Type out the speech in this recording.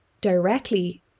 directly